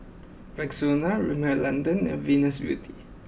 Rexona Rimmel London and Venus Beauty